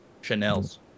Chanel's